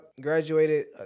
graduated